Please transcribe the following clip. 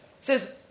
says